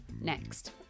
next